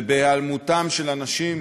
ובהיעלמותם של אנשים,